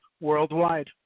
worldwide